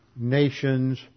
nations